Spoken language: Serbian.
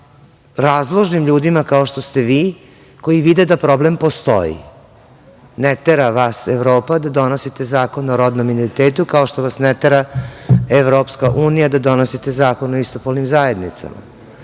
sa razložnim ljudima, kao što ste vi, koji vide da problem postoji. Ne tera vas Evropa da donosite zakone o rodnom identitetu, kao što vas ne tera Evropska unija da donosite zakone o istopolnim zajednicama.